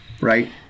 right